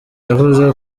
yavuze